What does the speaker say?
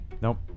Nope